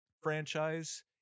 franchise